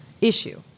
issue